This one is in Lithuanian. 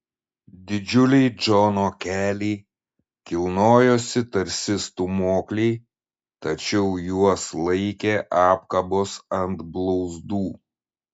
didžiuliai džono keliai kilnojosi tarsi stūmokliai tačiau juos laikė apkabos ant blauzdų